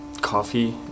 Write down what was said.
coffee